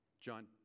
John